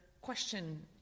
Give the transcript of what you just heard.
question